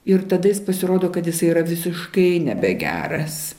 ir tada jis pasirodo kad jis yra visiškai nebegeras